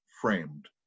framed